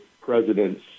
presidents